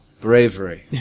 Bravery